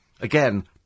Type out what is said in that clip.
Again